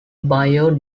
bio